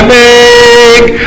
make